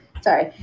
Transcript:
Sorry